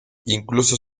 incluso